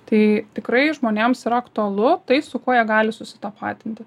tai tikrai žmonėms yra aktualu tai su kuo jie gali susitapatinti